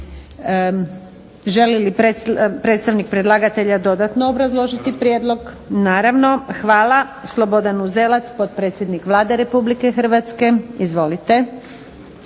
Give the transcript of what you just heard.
Želi li predstavnik predlagatelja dodatno obrazložiti prijedlog? Naravno. Slobodan Uzelac potpredsjednik Vlade Republike Hrvatske. **Uzelac,